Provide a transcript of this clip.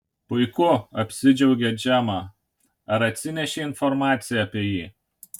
puiku apsidžiaugė džemą ar atsinešei informaciją apie jį